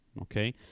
Okay